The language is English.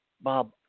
Bob